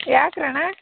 ಯಾಕಣ್ಣ